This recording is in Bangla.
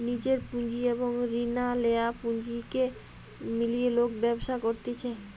নিজের পুঁজি এবং রিনা লেয়া পুঁজিকে মিলিয়ে লোক ব্যবসা করতিছে